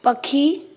पखी